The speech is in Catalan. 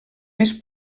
més